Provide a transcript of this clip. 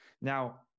Now